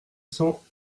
cents